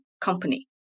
company